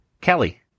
Kelly